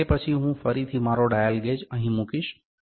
અને તે પછી હું ફરીથી મારો ડાયલ ગેજ અહીં મૂકીશ